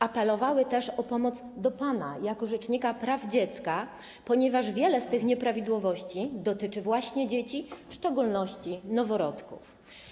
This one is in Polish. Apelowały też o pomoc do pana jako rzecznika praw dziecka, ponieważ wiele z tych nieprawidłowości dotyczy właśnie dzieci, w szczególności noworodków.